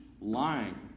lying